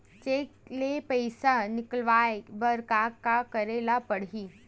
Cheque ले पईसा निकलवाय बर का का करे ल पड़हि?